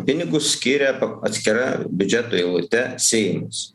pinigus skiria atskira biudžeto eilute seimas